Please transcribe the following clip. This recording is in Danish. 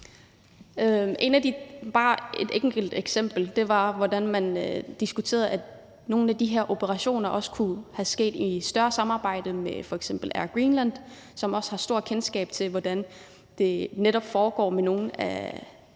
et enkelt eksempel på det er, hvordan man diskuterede, at nogle af de operationer også kunne være sket i et større samarbejde med f.eks. Air Greenland, som også har stort kendskab til, hvordan det netop foregår med både